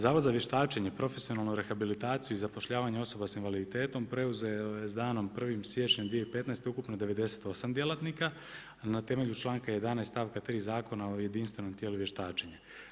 Zavod za vještačenje, profesionalnu rehabilitaciju i zapošljavanje osoba sa invaliditetom preuzeo je sa danom 1. siječnja 2015. ukupno 98 djelatnika a na temelju članka 11. stavka 3. Zakona o jedinstvenom tijelu vještačenja.